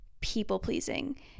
people-pleasing